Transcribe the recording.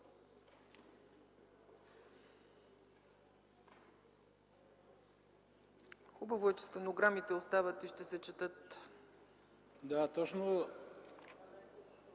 Хубаво е, че стенограмите остават и ще се четат. ХРИСТО